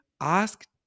ask